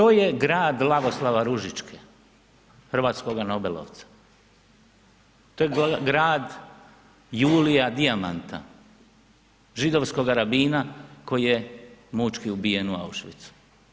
To je grad Lavoslava Ružičke, hrvatskoga nobelovca, to je grad Julija Diamanta, židovskoga rabina koji je mučki ubijen u Auschwitzu.